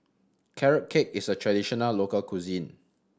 Carrot Cake is a traditional local cuisine